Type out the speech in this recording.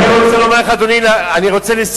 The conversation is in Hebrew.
אני רוצה לומר לך, אדוני, לסיום.